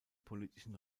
politischen